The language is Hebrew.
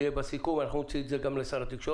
זה יהיה בסיכום ואנחנו גם נוציא את זה לשר התקשורת.